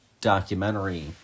documentary